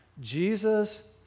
Jesus